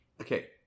okay